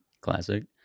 Classic